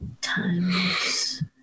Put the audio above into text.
times